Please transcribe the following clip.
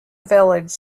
village